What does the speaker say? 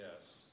yes